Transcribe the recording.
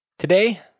Today